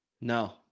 no